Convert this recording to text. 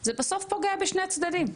זה בסוף פוגע בשני הצדדים.